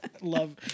Love